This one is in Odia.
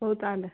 ହଉ ତାହେଲେ